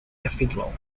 cathedral